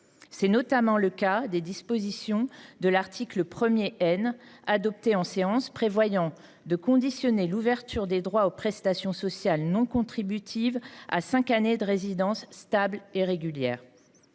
C’est notamment le cas des dispositions de l’article 1 N adopté en séance, qui conditionne l’ouverture des droits aux prestations sociales non contributives à cinq années de résidence stable et régulière.